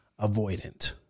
avoidant